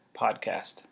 podcast